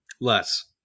Less